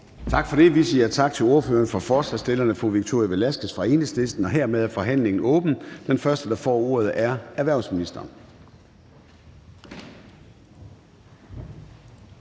Tak for det. Vi siger tak til ordføreren for forslagsstillerne, fru Victoria Velasquez fra Enhedslisten. Hermed er forhandlingen åbnet. Den første, der får ordet, er erhvervsministeren.